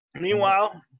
Meanwhile